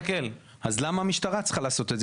אז למה המשטרה צריכה לעשות את זה?